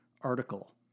article